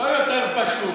לא יותר פשוט,